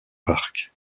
parcs